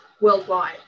worldwide